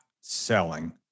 selling